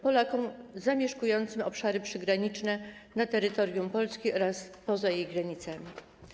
Polakom zamieszkującym obszary przygraniczne na terytorium Polski oraz poza jej granicami.